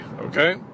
Okay